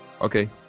Okay